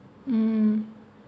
mm